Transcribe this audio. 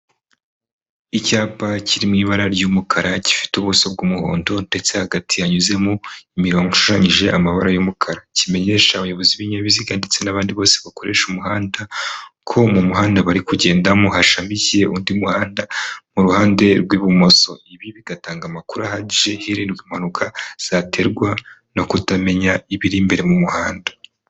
Icyapa kiri mu ibara ry'umukara gifite ubuso bw'umuhondo ndetse hagati hanyuzemo imirongo ishushanyije amabara y'umukara, kimenyesha abayobozi b'ibinyabiziga ndetse n'abandi bose bakoresha umuhanda ko mu muhanda bari kugendamo hashamikiye undi muhanda mu ruhande rw'ibumoso, ibi bigatanga amakuru ahagije hiirindwa impanuka zaterwa no kutamenya ibiri imbere mu muhanda.